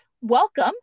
welcome